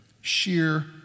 sheer